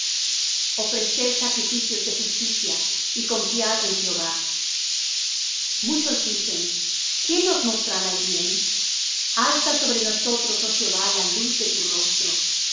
ofreced sacrificios de justicia y confiad en jehová muchos dicen quién nos mostrará el bien alza sobre nosotros oh jehová la luz de tu rostro tú